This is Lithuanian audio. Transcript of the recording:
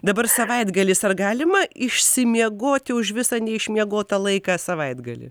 dabar savaitgalis ar galima išsimiegoti už visą neišmiegotą laiką savaitgalį